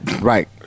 Right